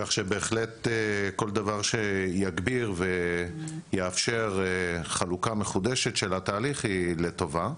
כך שבהחלט כל דבר שיגביר ויאפשר חלוקה מחודשת של התהליך הוא לטובה.